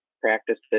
practices